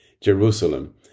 Jerusalem